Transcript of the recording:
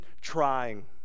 trying